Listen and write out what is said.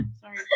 Sorry